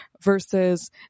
versus